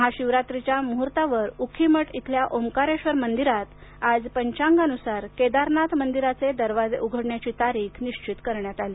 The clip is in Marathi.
महाशिवरात्रीच्या मुहूर्तावर उखीमठ इथल्या ओमकारेश्वर मंदिरात आज पंचांगानुसार केदारनाथ मंदिराचे दरवाजे उघडण्याची तारीख निश्चित करण्यात आली